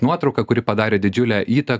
nuotrauką kuri padarė didžiulę įtaką